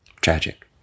tragic